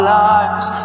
lives